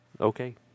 Okay